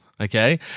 Okay